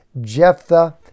Jephthah